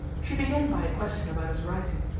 she began by a question about his writing,